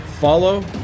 Follow